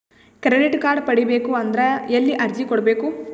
Credit card ಪಡಿಬೇಕು ಅಂದ್ರ ಎಲ್ಲಿ ಅರ್ಜಿ ಕೊಡಬೇಕು?